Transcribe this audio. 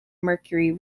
mercury